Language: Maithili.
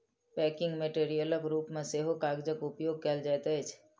पैकिंग मेटेरियलक रूप मे सेहो कागजक उपयोग कयल जाइत अछि